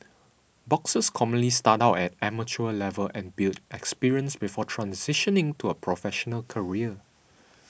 boxers commonly start out at amateur level and build experience before transitioning to a professional career